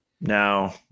now